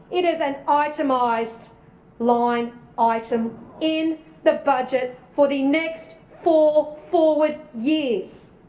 it is an itemised line item in the budget for the next four forward years.